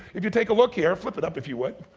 if you take a look here, flip it up if you would.